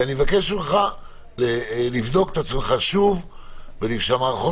אני מבקש ממך לבדוק את עצמך שוב ואת המערכות.